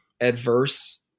adverse